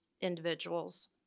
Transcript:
individuals